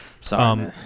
Sorry